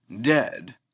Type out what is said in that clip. dead